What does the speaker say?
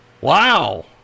Wow